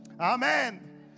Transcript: Amen